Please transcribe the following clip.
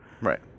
Right